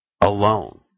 alone